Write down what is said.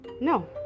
No